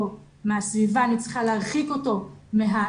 אני צריכה להרחיק אותו מהסביבה,